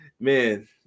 Man